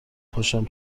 پاشم